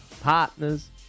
partners